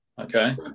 okay